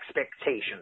expectations